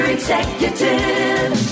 Executive